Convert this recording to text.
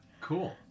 Cool